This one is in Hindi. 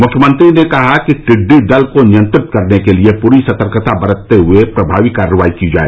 मुख्यमंत्री ने कहा कि टिड्डी दल को नियंत्रित करने के लिए पूरी सतर्कता बरतते हुए प्रभावी कार्रवाई की जाए